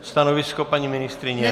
Stanovisko paní ministryně?